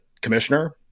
commissioner